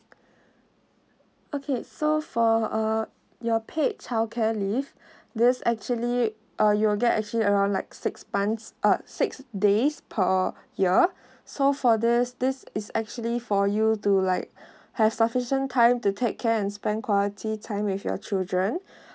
okay so for uh your paid childcare leave this actually uh you will get actually around like six buns uh six days per year so for this this is actually for you to like have sufficient time to take care and spend quality time with your children